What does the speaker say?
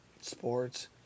sports